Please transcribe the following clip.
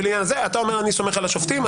אתה אומר: אני סומך על השופטים.